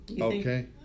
Okay